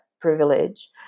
privilege